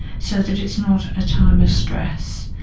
so that it's not a time of stress.